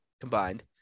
combined